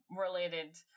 related